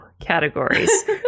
categories